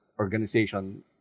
organization